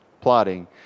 plotting